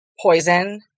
poison